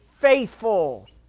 faithful